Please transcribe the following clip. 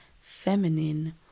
feminine